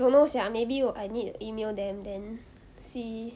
don't know sia maybe I need email them then see